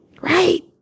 Right